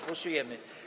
Głosujemy.